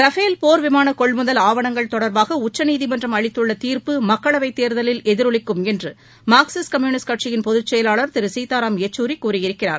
Rafale போர் விமான கொள்முதல் ஆவணங்கள் தொடர்பாக உச்சநீதிமன்றம் அளித்துள்ள தீர்ப்பு மக்களவைத் தேர்தலில் எதிரொலிக்கும் என்று மார்க்சிஸ்ட் கம்யூனிஸ்ட் கட்சியின் பொதுச்செயலாளர் திரு சீதாராம் யெச்சூரி கூறியிருக்கிறார்